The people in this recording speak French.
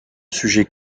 sujet